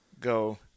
go